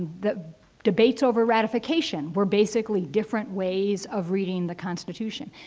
the debates over ratification were basically different ways of reading the constitution.